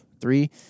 Three